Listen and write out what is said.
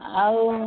ଆଉ